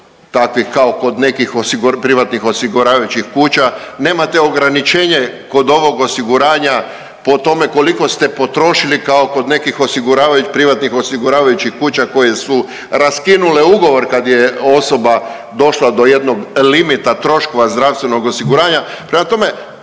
takvih kao kod nekih privatnih osiguravajućih kuća, nemate ograničenje kod ovog osiguranja po tome koliko ste potrošili kao kod nekih privatnih osiguravajućih kuća koje su raskinule ugovor kad je osoba došla do jednog limita troškova zdravstvenog osiguranja. Prema tome,